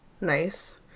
Nice